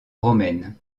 romaine